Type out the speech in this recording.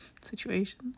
situation